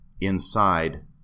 inside